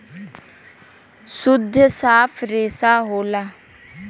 सुद्ध साफ रेसा होला